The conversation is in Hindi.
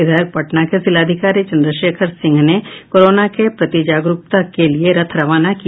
इधर पटना के जिलाधिकारी चन्द्रशेखर सिंह ने कोरोना के प्रति जागरूकता के लिए रथ रवाना किया